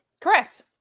Correct